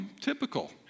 typical